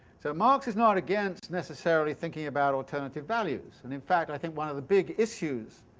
so marx is not against, necessarily, thinking about alternative values. and in fact, i think, one of the big issues